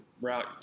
route